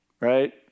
right